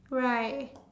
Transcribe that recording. right